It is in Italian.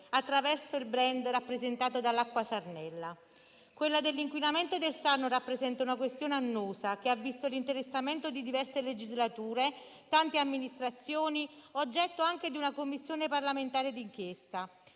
attraverso il *brand* rappresentato dall'acqua Sarnella. Quella dell'inquinamento del Sarno rappresenta una questione annosa, che ha visto l'interessamento di diverse legislature e tante amministrazioni, oggetto anche di una Commissione parlamentare di inchiesta.